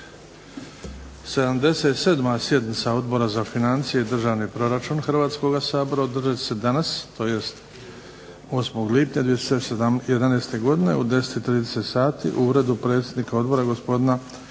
77. sjednica Odbora za financije i Državni proračun Hrvatskoga sabora održat će se danas tj. 8. lipnja 2011. godine u 10,30 sati u Uredu predsjednika odbora gospodina Gorana